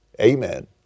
Amen